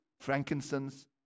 frankincense